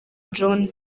john